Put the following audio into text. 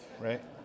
Right